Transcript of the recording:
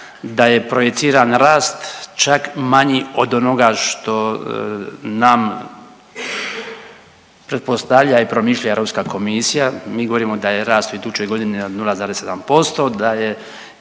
da je projiciran rast čak manji od onoga što nam pretpostavlja i promišlja Europska komisija. Mi govorimo da je rast u idućoj godini od 0,7%